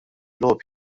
logħob